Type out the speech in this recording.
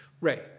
Ray